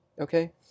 Okay